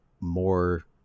more